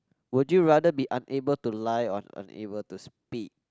would you rather be unable to lie or unable to speak